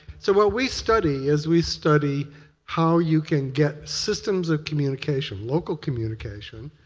so what we study is we study how you can get systems of communication, local communication,